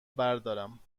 بردارم